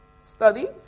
study